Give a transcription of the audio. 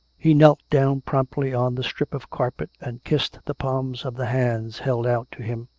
he knelt down promptly on the strip of carpet and kissed the palms of the hands held out to him,